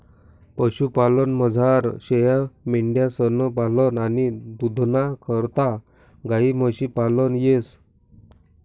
पशुपालनमझार शेयामेंढ्यांसनं पालन आणि दूधना करता गायी म्हशी पालन येस